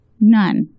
none